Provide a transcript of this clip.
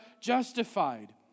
justified